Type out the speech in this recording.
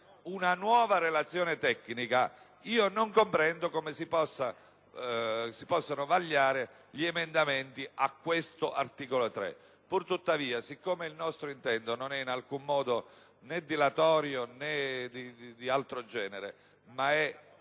una nuova relazione tecnica, non comprendo come si possano vagliare gli emendamenti riferiti all'articolo 3. Tuttavia, poiché il nostro intento non è in alcun modo dilatorio né di altro genere, ma è